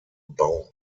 bau